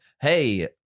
hey